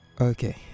Okay